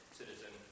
citizen